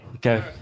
Go